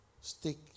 stick